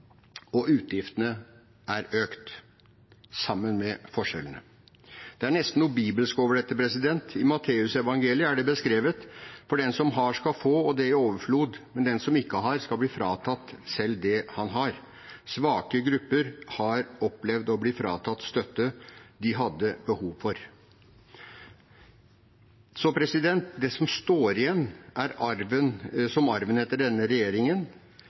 og utgiftene er økt sammen med forskjellene. Det er nesten noe bibelsk over dette. I Matteusevangeliet er det beskrevet: «For den som har, skal få, og det i overflod. Men den som ikke har, skal bli fratatt selv det han har.» Svake grupper har opplevd å bli fratatt støtte de hadde behov for. Det som står igjen som arven etter denne regjeringen,